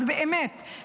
אז באמת,